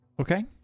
Okay